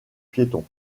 piétons